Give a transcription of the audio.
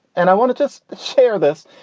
and i want to just share this.